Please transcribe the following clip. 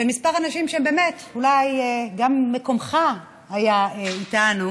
כמה אנשים שהם באמת, אולי גם מקומך היה איתנו,